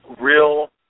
real